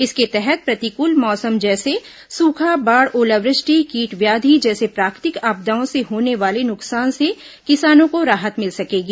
इसके तहत प्रतिकूल मौसम जैसे सूखा बाढ़ ओलावृष्टि कीट व्याधि जैसी प्राकृतिक आपदाओं से होने वाले नुकसान से किसानों को राहत मिल सकेगी